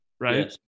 Right